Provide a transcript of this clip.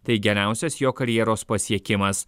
tai geriausias jo karjeros pasiekimas